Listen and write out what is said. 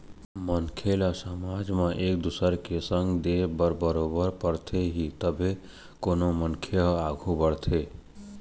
मनखे ल समाज म एक दुसर के संग दे बर बरोबर परथे ही तभे कोनो मनखे ह आघू बढ़थे